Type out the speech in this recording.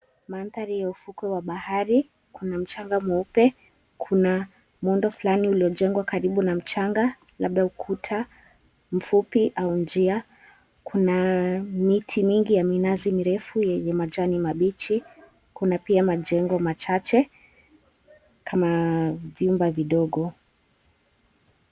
Mandhari ya ufukwe wa bahari, kuna mchanga mweupe kuna muundo fulani uliojengwa karibu na mchanga labda ukuta mfupi au njia. Kuna miti mingi ya minazi mirefu yenye majani mabichi, kuna pia majengo machache kama vyumba vidogo.